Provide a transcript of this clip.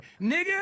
Nigga